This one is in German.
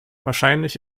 wahrscheinlich